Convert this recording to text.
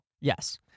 Yes